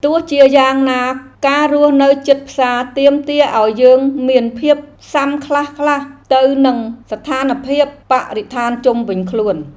ទោះជាយ៉ាងណាការរស់នៅជិតផ្សារទាមទារឱ្យយើងមានភាពស៊ាំខ្លះៗទៅនឹងស្ថានភាពបរិស្ថានជុំវិញខ្លួន។